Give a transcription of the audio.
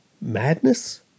madness